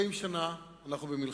40 שנה אנחנו במלחמה.